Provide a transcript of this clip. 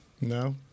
No